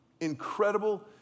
incredible